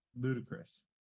ludicrous